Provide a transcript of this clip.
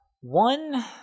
one